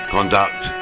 Conduct